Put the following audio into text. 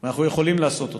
אנחנו יכולים לעשות אותו.